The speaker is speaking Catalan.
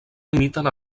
limiten